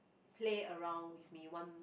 play around with me one